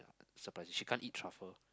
surprise she can't eat truffle